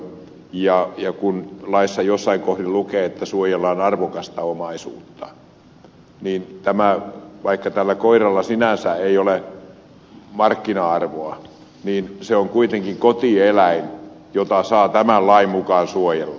ja kun laissa jossain kohdin lukee että suojellaan arvokasta omaisuutta niin vaikka tällä koiralla sinänsä ei ole markkina arvoa niin se on kuitenkin kotieläin jota saa tämän lain mukaan suojella